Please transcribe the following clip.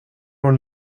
hon